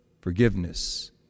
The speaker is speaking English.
Forgiveness